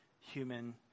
human